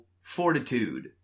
fortitude